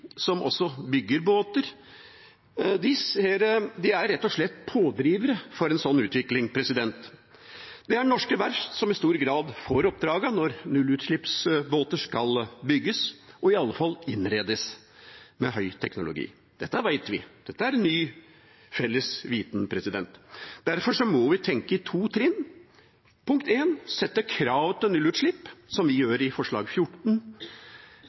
som også bygger båter, er rett og slett pådrivere for en slik utvikling. Det er norske verft som i stor grad får oppdragene når nullutslippsbåter skal bygges, og i alle fall innredes, med høy teknologi. Dette vet vi. Dette er en ny felles viten. Derfor må vi tenke i to trinn: For det første må vi stille krav om nullutslipp, som vi gjør i forslag nr. 14,